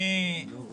אני חושב